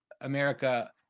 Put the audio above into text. America